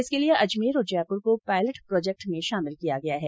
इसके लिए अजमेर और जयपुर को पायलट प्रोजेक्ट में शामिल किया गया है